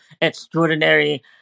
extraordinary